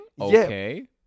Okay